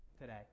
today